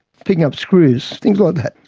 picking up screws, things like that.